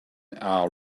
are